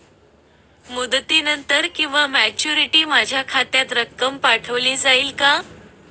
मुदतीनंतर किंवा मॅच्युरिटी माझ्या खात्यात रक्कम पाठवली जाईल का?